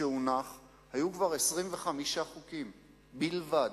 שהונח היו כבר 25 חוקים בלבד,